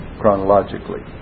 chronologically